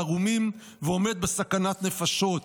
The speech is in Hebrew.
הערומים ועומד בסכנת נפשות.